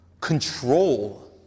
control